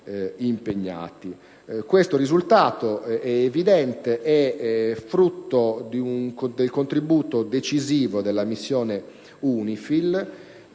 Questo risultato è evidente ed è frutto del contributo decisivo della missione UNIFIL